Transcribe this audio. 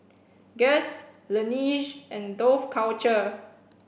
Guess Laneige and Dough Culture